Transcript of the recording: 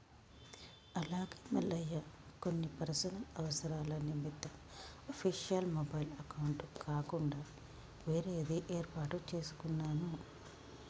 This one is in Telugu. అలాగే మల్లయ్య కొన్ని పర్సనల్ అవసరాల నిమిత్తం అఫీషియల్ మొబైల్ అకౌంట్ కాకుండా వేరేది ఏర్పాటు చేసుకున్నాను